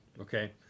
Okay